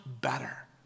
better